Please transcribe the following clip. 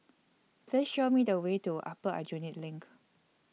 Please Show Me The Way to Upper Aljunied LINK